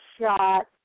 shot